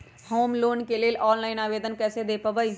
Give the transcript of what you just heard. Home loan के online आवेदन कैसे दें पवई?